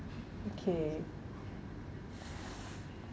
okay